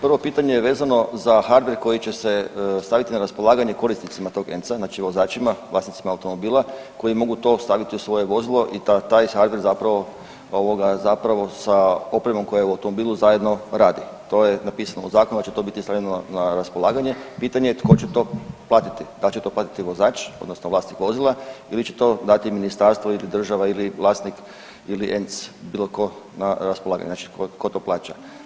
Prvo pitanje je vezano za hardver koji će se staviti na raspolaganje korisnicima tog ENC-a znači vozačima vlasnicima automobila koji mogu to staviti u svoje vozilo i taj se hardver zapravo sa opremom koja je u automobilu zajedno radi, to je napisano u zakonu da će to biti stavljeno na raspolaganje, pitanje je tko će to platiti, dal će to platiti vozač odnosno vlasnik vozila ili će to dati ministarstvo ili država ili vlasnik ili ENC bilo ko na raspolaganju, znači tko to plaća?